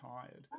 tired